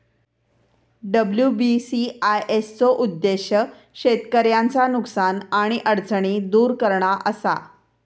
WBCIS चो उद्देश्य शेतकऱ्यांचा नुकसान आणि अडचणी दुर करणा असा